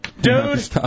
Dude